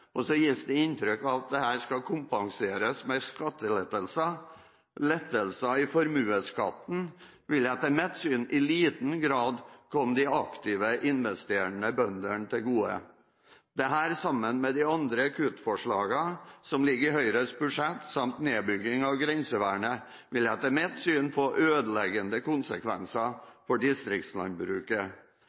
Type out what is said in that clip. og så gis det inntrykk av at dette skal kompenseres med skattelettelser. Lettelser i formuesskatten vil etter mitt syn i liten grad komme de aktive, investerende bøndene til gode. Dette, sammen med de andre kuttforslagene som ligger i Høyres budsjett, samt nedbygging av grensevernet, vil etter mitt syn få ødeleggende konsekvenser for distriktslandbruket.